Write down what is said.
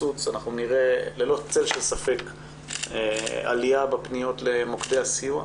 אין צל של ספק שאנחנו נראה עלייה בפניות למוקדי הסיוע,